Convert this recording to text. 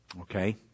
Okay